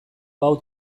hau